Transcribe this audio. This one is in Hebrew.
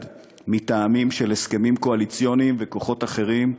מטעמים של הסכמים קואליציוניים וכוחות אחרים,